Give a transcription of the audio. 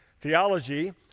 Theology